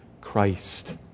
Christ